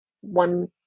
one